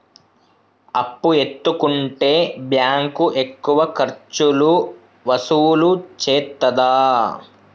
అప్పు ఎత్తుకుంటే బ్యాంకు ఎక్కువ ఖర్చులు వసూలు చేత్తదా?